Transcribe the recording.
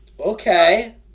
Okay